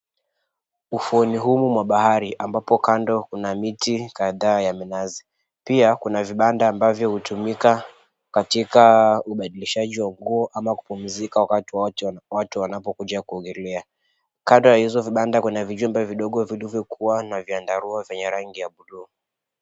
Ufuoni humu mwa bahari ambapo kando kuna miti kadhaa ya minazi. Pia kuna vibanda ambavyo hutumika katika ubadilishaji wa nguo ama kupumzika wakati watu wanapokuja kuogelea. Kando ya hizo vibanda kuna vijumbe vidogo vilivokuwa na vyandarua vya rangi ya (cs)blue(cs).